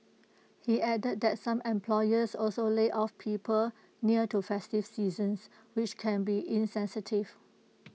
he added that some employers also lay off people near to festive seasons which can be insensitive